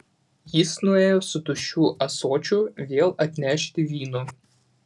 jis nuėjo su tuščiu ąsočiu vėl atnešti vyno